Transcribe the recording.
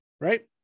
right